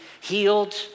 healed